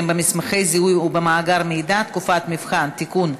במסמכי זיהוי ובמאגר מידע (תקופת מבחן) (תיקון),